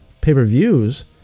pay-per-views